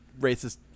racist